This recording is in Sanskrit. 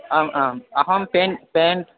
आम् आम् अहं पेय्ण्ट् पेय्ण्ट्